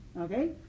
okay